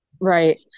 Right